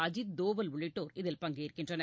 அஜீத் தோவல் உள்ளிட்டோர் இதில் பங்கேற்கின்றனர்